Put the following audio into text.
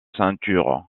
ceinture